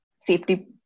safety